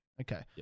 Okay